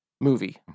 movie